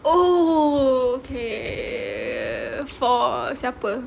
oh okay for siapa